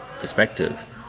perspective